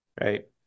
Right